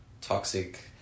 toxic